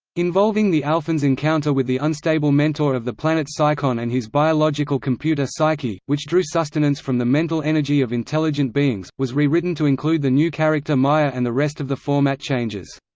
involving the alphans' encounter with the unstable mentor of the planet psychon and his biological computer psyche, which drew sustenance from the mental energy of intelligent beings, was re-written to include the new character maya and the rest of the format changes.